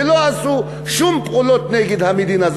ולא עשו שום פעולות נגד המדינה,